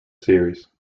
series